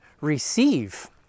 receive